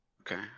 okay